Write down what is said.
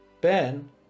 Ben